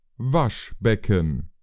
Waschbecken